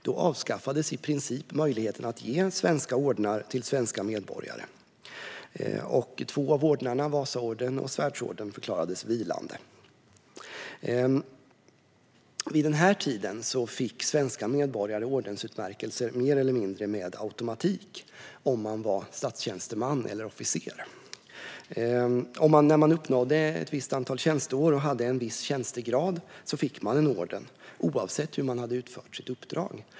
Då avskaffades i princip möjligheten att ge svenska ordnar till svenska medborgare. Två av ordnarna, Vasaorden och Svärdsorden, förklarades vilande. Vid den här tiden fick svenska medborgare ordensutmärkelser mer eller mindre med automatik om man var statstjänsteman eller officer. När man uppnådde ett visst antal tjänsteår och hade en viss tjänstegrad fick man en orden, oavsett hur man hade utfört sitt uppdrag.